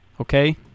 okay